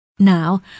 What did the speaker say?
Now